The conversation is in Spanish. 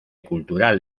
cultural